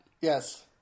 Yes